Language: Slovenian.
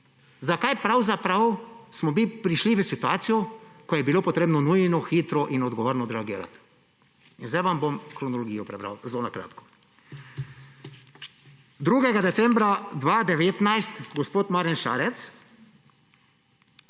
zakaj pravzaprav smo mi prišli v situacijo, ko je bilo potrebno nujno hitro in odgovorno odreagirati. Zdaj vam bom kronologijo prebral zelo na kratko. 2. decembra 2019, gospod Marjan Šarec,